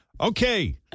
Okay